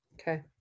okay